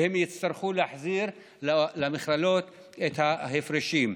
והם יצטרכו להחזיר למכללות את ההפרשים.